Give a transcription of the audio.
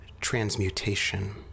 transmutation